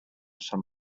sant